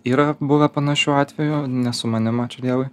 yra buvę panašių atvejų ne su manim ačiū dievui